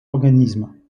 organisme